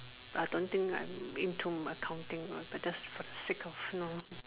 I don't think I'm into accounting but just for the sake of you know